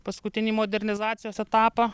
paskutinį modernizacijos etapą